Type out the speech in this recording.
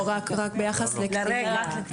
לא, רק ביחס לכרגע.